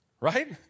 Right